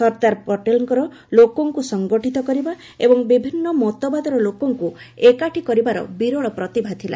ସର୍ଦ୍ଦାର ପଟେଲ୍ଙ୍କର ଲୋକଙ୍କ ସଙ୍ଗଠିତ କରିବା ଏବଂ ବିଭିନ୍ନ ମତବାଦର ଲୋକଙ୍କୁ ଏକାଠି କରିବାର ବିରଳ ପ୍ରତିଭା ଥିଲା